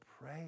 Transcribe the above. pray